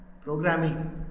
programming